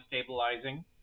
stabilizing